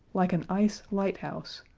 like an ice-lighthouse,